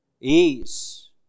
Ease